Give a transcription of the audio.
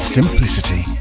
Simplicity